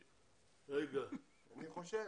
רגע, אני חושב.